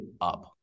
up